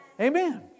Amen